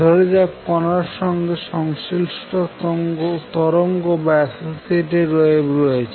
ধরাযাক কণার সঙ্গে সংশ্লিষ্ট তরঙ্গ রয়েছে